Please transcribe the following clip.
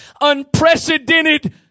unprecedented